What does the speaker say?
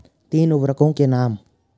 तीन उर्वरकों के नाम?